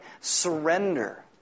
surrender